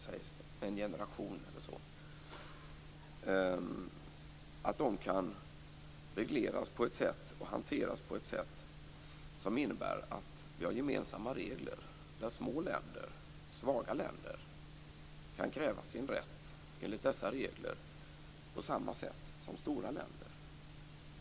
De internationella investeringarna är ju något ganska nytt. De har kommit under loppet av en generation eller så. Reglerna skall innebära att små och svaga länder kan kräva sin rätt enligt dessa regler på samma sätt som stora länder.